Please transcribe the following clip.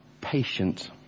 patient